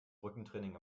rückentraining